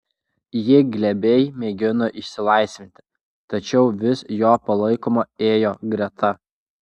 ji glebiai mėgino išsilaisvinti tačiau vis jo palaikoma ėjo greta